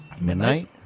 midnight